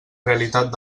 realitat